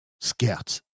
scouts